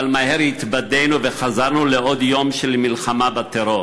אבל מהר התבדינו וחזרנו לעוד יום של מלחמה בטרור.